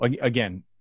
Again